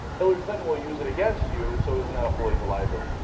hillary clinton will use that against you, so isn't that a political liability?